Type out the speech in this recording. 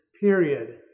period